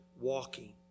walking